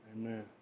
Amen